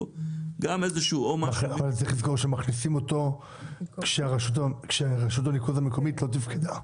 אבל צריך לזכור שמכניסים אותו כשרשות הניקוז המקומית לא תפקדה,